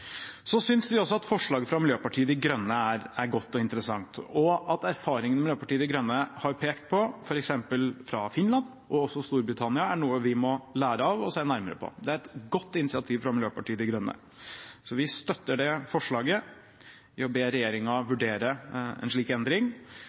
Vi synes også at forslaget fra Miljøpartiet De Grønne er godt og interessant, og at erfaringene Miljøpartiet De Grønne peker på, f.eks. fra Finland og Storbritannia, er noe vi må lære av og se nærmere på. Det er et godt initiativ fra Miljøpartiet De Grønne, så vi støtter deres forslag om å be regjeringen vurdere en slik endring.